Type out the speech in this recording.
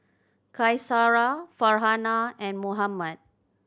Qaisara Farhanah and Muhammad